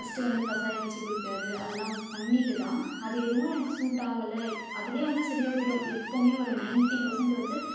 first வந்து கசாயம் வச்சு குடிக்கிறது அதெல்லாம் பண்ணிவிட்டுதான் அது எதுவும் எனக்கு சூட் ஆகலை அதுலையே வந்து சரியாக போயிவிடும் எப்போவுமே ஒரு நைன்டி பர்சன்ட் வந்து